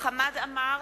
חמד עמאר,